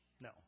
No